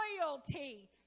loyalty